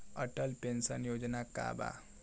Atal pension Yojana का बा?